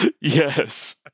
Yes